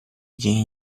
gdzie